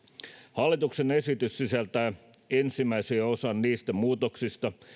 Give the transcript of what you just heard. hallituksen esitys sisältää ensimmäisen osan niistä muutoksista